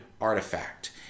artifact